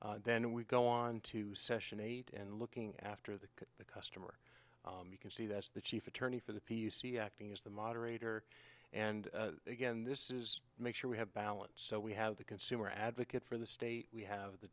here then we go onto session eight and looking after the the customer you can see that's the chief attorney for the p c acting as the moderator and again this is make sure we have balance so we have the consumer advocate for the state we have the